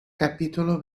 capítulo